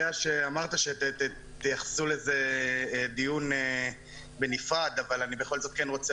שאמרת שתייחסו לזה דיון בנפרד אבל אני בכל זאת כן רוצה